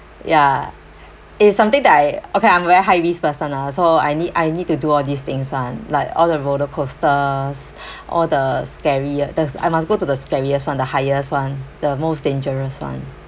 ya it's something that I okay I'm very high risked person loh so I need I need to do all these things [one] like all the roller coasters all the scary uh that's I must go to the scariest [one] the highest [one] the most dangerous [one]